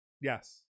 Yes